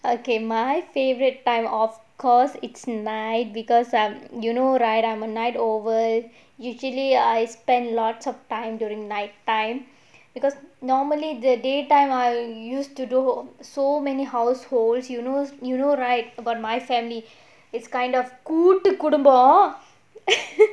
okay my favourite time of course it's night because um you know right I'm a night owl usually I spent lots of time during night time because normally the day time I used to do so many households you know you know right about my family it's kind of கூட்டுக்குடும்பம்:kootukkudumbam